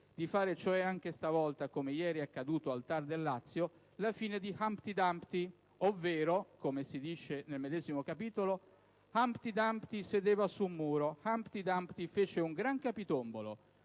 di fare cioè anche stavolta, come ieri è accaduto al TAR del Lazio, la fine di Humpty Dumpty, ovvero - come si dice nel medesimo capitolo citato prima - «Humpty Dumpty sedeva su un muro. Humpty Dumpty fece un gran capitombolo.